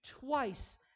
twice